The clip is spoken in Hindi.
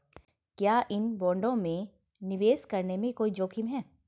क्या इन बॉन्डों में निवेश करने में कोई जोखिम है?